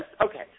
Okay